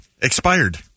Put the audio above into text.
Expired